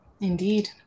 Indeed